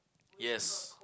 yes